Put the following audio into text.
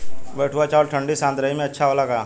बैठुआ चावल ठंडी सह्याद्री में अच्छा होला का?